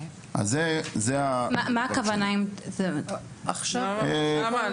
מה הכוונה --- נעמה,